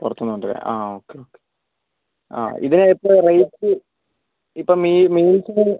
പുറത്തുനിന്ന് കൊണ്ടുവരും ആ ഓക്കെ ഓക്കെ ആ ഇതിന് എത്ര റേറ്റ് ഇപ്പം മീ മീൽസിന്